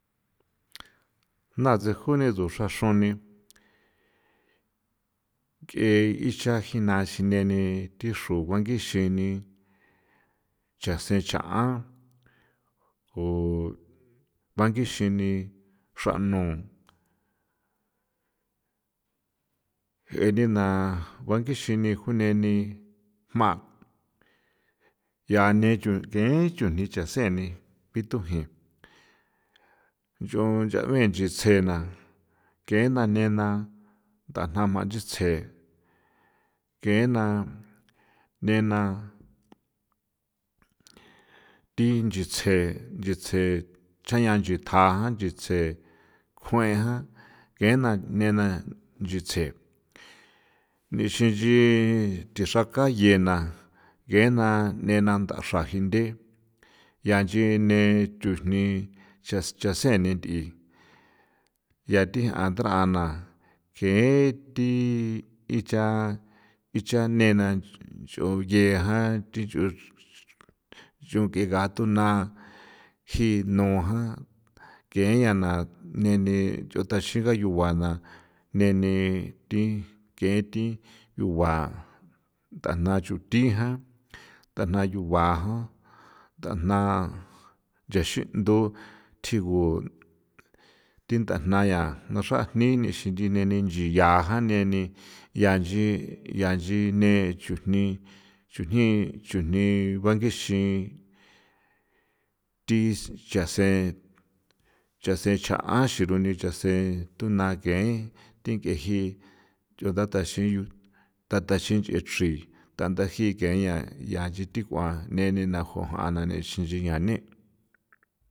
Ntha tsje juni ngo xraxruni ke icha jina sineni thi xru banguixini tsja see chaꞌan ko banguixini xranu jeꞌe ni na bangixini june ni jma yaa ne'e chujni chjan seeni bithuji ncho nchaben nchisenna keena nená nthajna jma nchisen kein ntha nena thi nchisen, nchisen chana chijtha seé kjueja kein na nena nchisen nchixin nchixin chi nchexra kain nená ndana manchitse geena neena tin nchitse nchitse chañan nchi tja ja nchitse kjuejan geena neena nchitse nixi nchi texrakaꞌyiena geena neena ndagindé yanchi nee chuní chas chasení ndí yati jandara jꞌa geen thi icha icha neena nchon yiejan ti chu nchon nkꞌe gatoona ji noon jan geen ñana neni yutaxin gayuguana neeni thin geen thin yugua tajna chutijan tana yuguajan tana nchexindu tjigu tjinda nayia naxrajiní nixindi neeni nchiyiaja neeni yanchi yanchi nee chujní chujní chujní bangixin thin chasen chasen chaꞌan xeruni chasen tuná geen tinkꞌie ji chunda taxiyu tataxindechrxi taan nda jié geenña yanchi tikuan neeni najon jꞌana nexinchiña néꞌ.